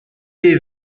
est